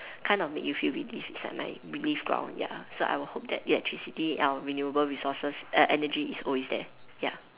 kind of make you feel relieved it's like my night relief ground ya so I would hope that electricity our renewable resources err energy is always there ya